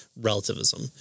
relativism